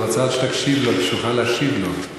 הוא רצה שתקשיב לו כדי שתוכל להשיב לו,